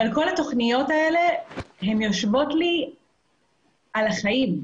כל התכניות האלה הן יושבות לי על החיים.